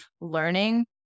learning